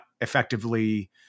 effectively